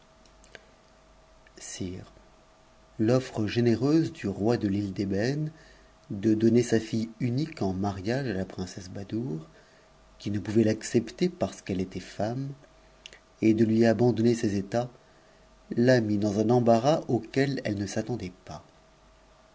de donner sa fille unique h mariage à la princesse badoure qui ne pouvait l'accepter parce u'p e était femme et de lui abandonner ses états la mit dans un embarras auquel elle ne s'attendait pas